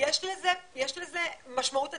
יש לזה משמעות אדירה.